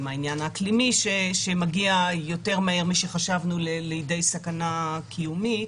עם העניין האקלימי שמגיע יותר מהר משחשבנו לידי סכנה קיומית